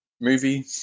movie